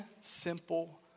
simple